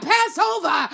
Passover